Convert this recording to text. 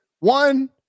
One